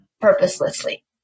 purposelessly